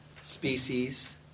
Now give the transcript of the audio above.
Species